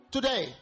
Today